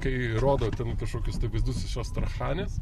kai rodo ten kažkokius tai vaizdus iš astrachanės